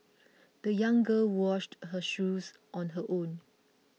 the young girl washed her shoes on her own